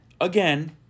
Again